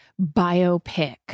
biopic